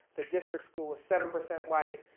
the district school was seven percent white,